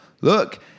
Look